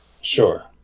Sure